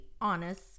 honest